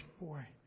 Boy